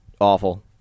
awful